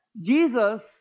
Jesus